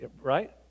right